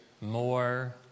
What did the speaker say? more